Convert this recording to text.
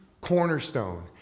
cornerstone